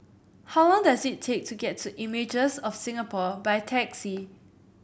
how long does it take to get to Images of Singapore by taxi